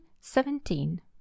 Seventeen